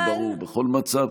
זה ברור בכל מצב.